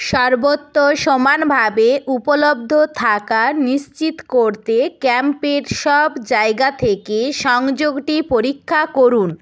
সর্বত্র সমানভাবে উপলব্ধ থাকা নিশ্চিত করতে ক্যাম্পের সব জায়গা থেকে সংযোগটি পরীক্ষা করুন